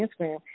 Instagram